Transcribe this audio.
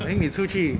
I think 你出去